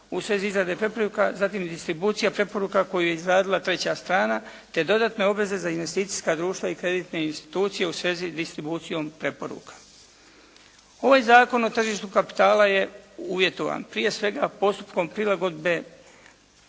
u svezi izrade preporuka, zatim distribucija preporuka koju je izradila treća strana te dodatne obveze za investicijska društva i kreditne institucije u svezi s distribucijom preporuka. Ovaj zakon o tržištu kapitala je uvjetovan. Prije svega postupkom prilagodbe